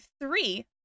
three